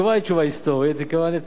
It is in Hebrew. זה כיוון שאתמול נחתם ההסכם.